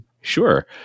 Sure